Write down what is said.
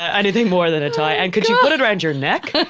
anything more than a tie? and could you put it around your neck?